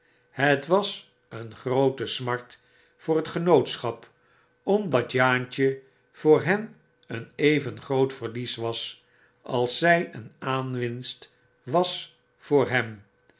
het wa een groote smart voor het genootschap omdat jaantje voor hen een even groot verlies was als zij een aanwinst was voor hem